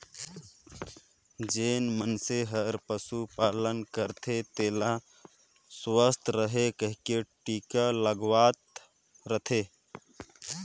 जेन मइनसे हर पसु पालन करथे तेला सुवस्थ रहें कहिके टिका लगवावत रथे